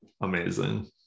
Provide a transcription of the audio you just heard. amazing